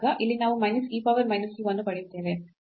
ಇಲ್ಲಿ ನಾವು minus e power minus u ಅನ್ನು ಪಡೆಯುತ್ತೇವೆ